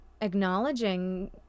acknowledging